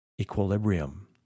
equilibrium